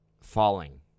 falling